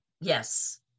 Yes